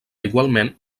igualment